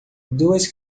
duas